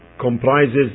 comprises